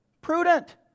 prudent